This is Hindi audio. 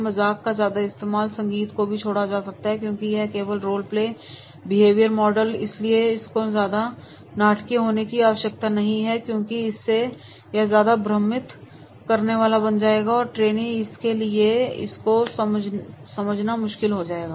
मजाक का ज्यादा इस्तेमाल या संगीत को भी छोड़ा जा सकता है क्योंकि यह केवल रोल प्ले बिहेवियर मॉडल है इसलिए इसको ज्यादा नाटकीय होने की आवश्यकता नहीं है क्योंकि इससे यह ज्यादा भ्रमित करने वाला बन जाएगा और ट्रेनी इसके लिए इसको समझना मुश्किल हो जाएगा